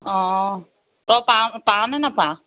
অঁ তই পাৱ পাৱনে নেপাৱ